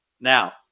Now